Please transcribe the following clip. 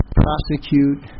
prosecute